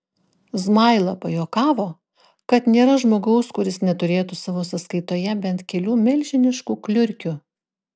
zmaila pajuokavo kad nėra žmogaus kuris neturėtų savo sąskaitoje bent kelių milžiniškų kliurkių